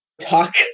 talk